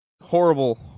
horrible